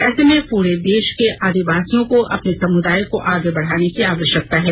ऐसे में पूरे देश के आदिवासियों को अपने समुदाय को आगे बढ़ाने की आवश्यकता है